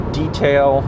detail